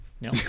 no